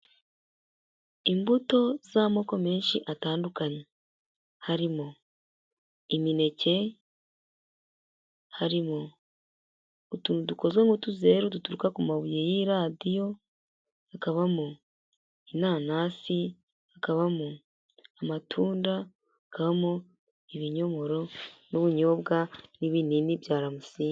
Imbuto z'amoko menshi atandukanye harimo imineke, harimo utuntu dukozwe mutuzeru duturuka ku mabuye y'i radiyo hakabamo inanasi hakabamo amatundagamo ibinyomoro n'ubunyobwa, n'ibinini bya ramasine.